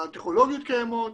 הטכנולוגיות קיימות,